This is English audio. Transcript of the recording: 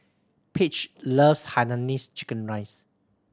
Page loves hainanese chicken rice